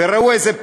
וראו איזה פלא,